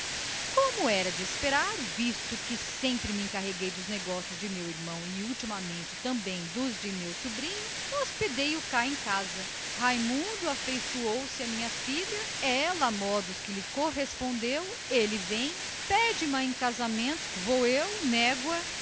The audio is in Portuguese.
como era de esperar visto que sempre me encarreguei dos negócios de meu irmão e ultimamente dos de meu sobrinho hospedei o cá em casa raimundo afeiçoou se à minha filha ela a modos que lhe correspondeu ele vem pede ma em casamento vou eu nego lha